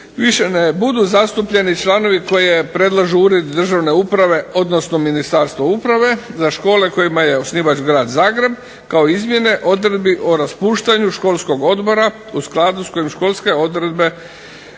budu zastupljeni članovi koje predlažu Uredi državne uprave odnosno Ministarstvo uprave za škole kojima je osnivač grad Zagreb kao izmjene odredbi o raspuštanju školskog odbora u skladu s kojim školske odredbe,